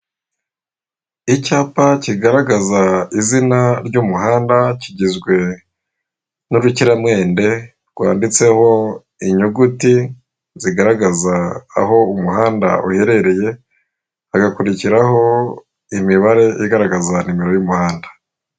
Icyapa kigaragaza izina ry'umuhanda, kigizwe n'urukiramende rwanditseho inyuguti zigaragaza aho umuhanda uherereye, hagakurikiraho imibare igaragaza nimero y'umuhanda.